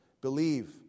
believe